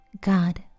God